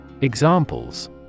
Examples